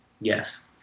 Yes